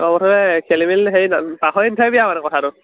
অঁ মুঠতে খেলি মেলি হেৰি পাহৰি নাথাকিবি আকৌ সেইটো কথাটো